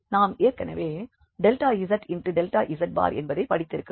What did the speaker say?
நாம் ஏற்கனவே zz என்பதை படித்திருக்கிறோம்